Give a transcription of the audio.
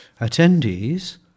attendees